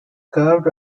carved